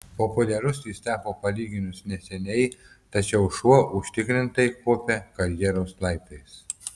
populiarus jis tapo palyginus neseniai tačiau šuo užtikrintai kopia karjeros laiptais